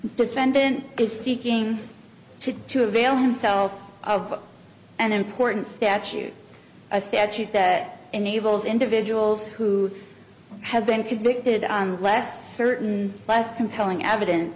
defendant is seeking to to avail himself of an important statute a statute that enables individuals who have been convicted on less certain less compelling evidence